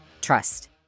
Trust